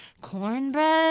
Cornbread